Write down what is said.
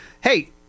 Hey